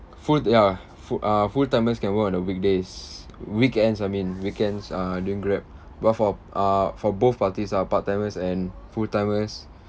full ya fu~ uh full-timers can work on the weekdays weekends I mean weekends uh doing grab but for uh for both parties ah part-timers and full-timers